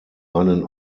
einen